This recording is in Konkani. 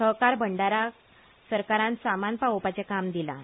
सहकार भंडाराक सरकारान सामान पावोवपाचें काम दिलां